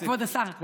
כבוד השר.